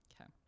okay